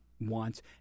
wants